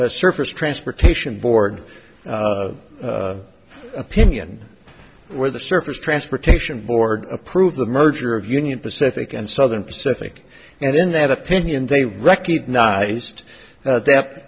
surface transportation board opinion where the surface transportation board approved the merger of union pacific and southern pacific and in that opinion they recognized that